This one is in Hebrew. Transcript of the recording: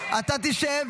--- אנחנו עם משפחות שכולות,